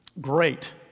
great